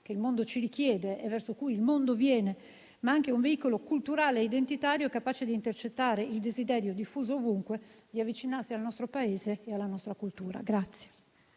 che il mondo ci richiede e verso cui il mondo viene, ma anche un veicolo culturale e identitario, capace di intercettare il desiderio, diffuso ovunque, di avvicinarsi al nostro Paese e alla nostra cultura.